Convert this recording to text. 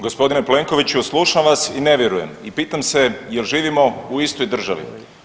Gospodine Plenkoviću slušam vas i ne vjerujem i pitam se jel živimo u istoj državi.